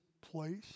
place